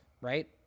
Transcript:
right